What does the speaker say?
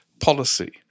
policy